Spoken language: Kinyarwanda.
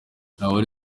ntawari